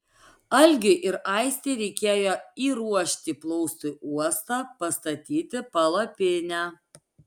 algiui ir aistei reikėjo įruošti plaustui uostą pastatyti palapinę